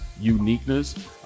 uniqueness